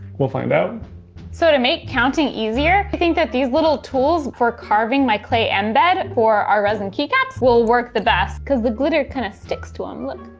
we'll find out. katelyn so to make counting easier i think that these little tools for carving my clay embed or our resin keycaps will work the best. cause the glitter kinda sticks to them, look.